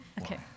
Okay